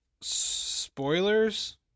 spoilers